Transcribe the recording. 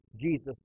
Jesus